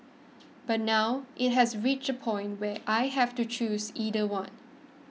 but now it has reached a point where I have to choose either one